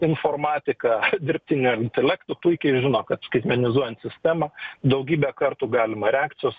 informatika dirbtiniu intelektu puikiai žino kad skaitmenizuojant sistemą daugybę kartų galima reakcijos